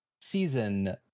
season